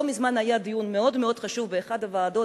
לא מזמן היה דיון מאוד חשוב באחת הוועדות,